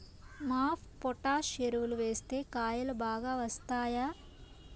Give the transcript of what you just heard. MOP potash ఎరువులు వేస్తే కాయలు బాగా వస్తాయా?